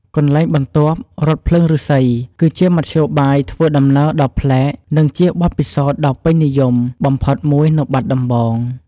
កន្លែងបន្ទាប់ រថភ្លើងឫស្សីគឺជាមធ្យោបាយធ្វើដំណើរដ៏ប្លែក និងជាបទពិសោធន៍ដ៏ពេញនិយមបំផុតមួយនៅបាត់ដំបង។